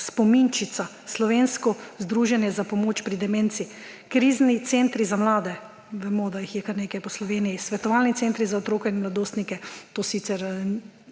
Spominčica – Slovensko združenje za pomoč pri demenci; krizni centri za mlade – vemo, da jih je kar nekaj po Sloveniji; svetovalni centri za otroke in mladostnike –,